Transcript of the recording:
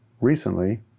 recently